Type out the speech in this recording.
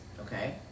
Okay